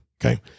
okay